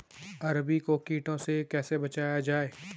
अरबी को कीटों से कैसे बचाया जाए?